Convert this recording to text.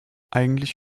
eigentlich